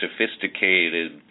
sophisticated